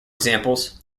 examples